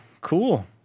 cool